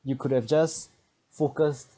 you could have just focus